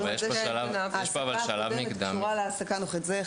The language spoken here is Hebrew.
הרי ההעסקה הקודמת קשורה להעסקה הנוכחית.